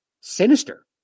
sinister